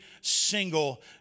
single